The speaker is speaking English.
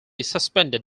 suspended